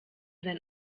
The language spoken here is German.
sein